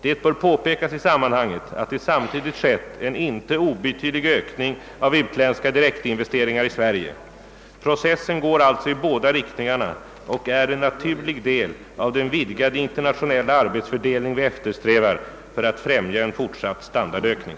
Det bör påpekas i sammanhanget att det samtidigt skett en inte obetydlig ökning av utländska direktinvesteringar i Sverige. Processen går alltså i båda riktningarna och är en naturlig del av den vidgade internationella arbetsför delning vi eftersträvar för att främja en fortsatt standardökning.